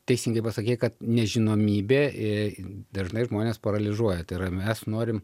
teisingai pasakei kad nežinomybė dažnai žmones paralyžiuoja tai yra mes norim